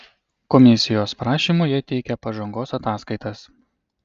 komisijos prašymu jie teikia pažangos ataskaitas